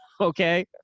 Okay